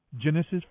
Genesis